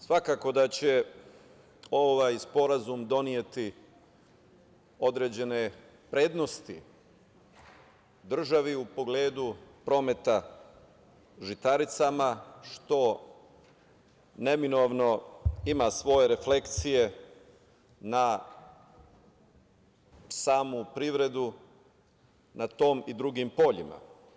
Svakako da će ovaj sporazum doneti određene prednosti državi u pogledu prometa žitaricama što neminovno ima svoje refleksije na samu privredu na tom i drugim poljima.